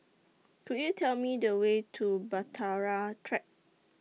Could YOU Tell Me The Way to Bahtera Track